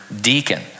deacon